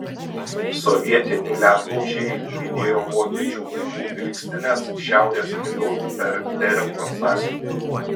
sovietiniai ledlaužiai lydėjo vokiečių laivų vilkstines šiaurės keliu per beringo sąsiaurį